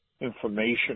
information